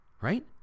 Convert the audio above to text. right